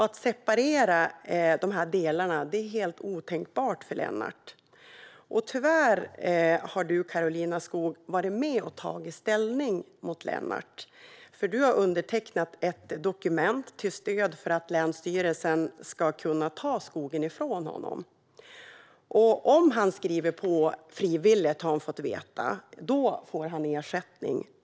Att separera de delarna är helt otänkbart för Lennart. Tyvärr har du, Karolina Skog, varit med och tagit ställning mot Lennart. Du har undertecknat ett dokument till stöd för att länsstyrelsen ska kunna ta skogen ifrån honom. Om han skriver på frivilligt, har han fått veta, får han ersättning.